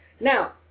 Now